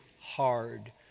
hard